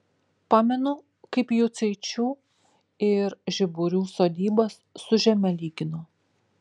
pamenu kaip jucaičių ir žiburių sodybas su žeme lygino